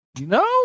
No